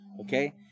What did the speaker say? Okay